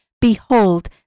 Behold